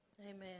Amen